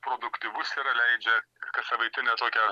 produktyvus yra leidžia kassavaitinę tokią